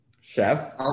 Chef